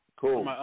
cool